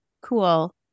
cool